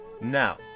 Now